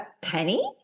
penny